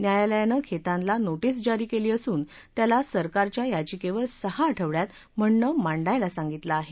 न्यायालयानं खेतानला नोटीस जारी केली असून त्याला सरकारच्या याचिकेवर सहा आठवड्यात म्हणणं मांडायला सांगितलं आहे